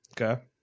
Okay